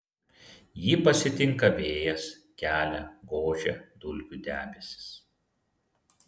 jį pasitinka vėjas kelią gožia dulkių debesys